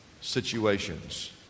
situations